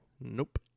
Nope